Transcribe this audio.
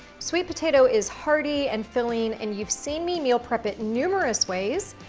sweet potato is hearty and filling, and you've seen me meal prep it numerous ways.